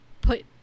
put